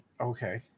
Okay